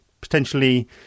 potentially